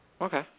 Okay